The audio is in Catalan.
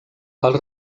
els